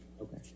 okay